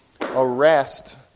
arrest